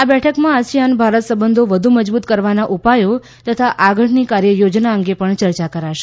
આ બેઠકમાં આસિયાન ભારત સંબંધો વધુ મજબૂત કરવાના ઉપાયો તથા આગળની કાર્યયોજના અંગે ચર્ચા કરાશે